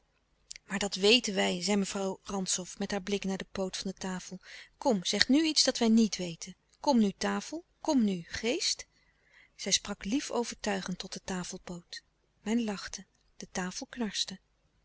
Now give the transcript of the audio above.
maar dat weten wij zei mevrouw rantzow met haar blik naar de poot van de tafel kom zeg nu iets dat wij niet weten kom nu tafel kom nu geest zij sprak lief overtuigend tot de tafelpoot men lachte de tafel